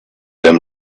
him